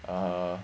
err